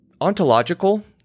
ontological